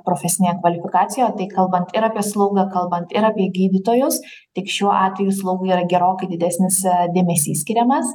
profesinėje kvalifikacijoje tai kalbant ir apie slaugą kalbant ir apie gydytojus tik šiuo atveju slaugai yra gerokai didesnis dėmesys skiriamas